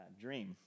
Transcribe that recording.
dream